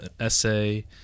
essay